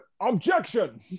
objection